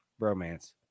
Bromance